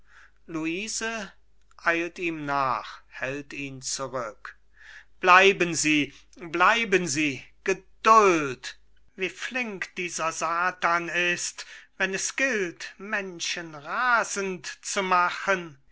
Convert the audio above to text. zurück bleiben sie bleiben sie geduld wie flink dieser satan ist wenn es gilt menschen rasend zu machen